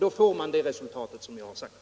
Då får man det resultat som jag nämnde.